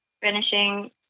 finishing